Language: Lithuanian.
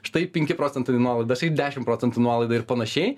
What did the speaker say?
štai penki procentai nuolaidos ir dešim procentų nuolaida ir panašiai